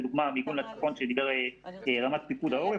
לדוגמה המיגון לצפון שדיבר עליו רמ"ח פיקוד העורף,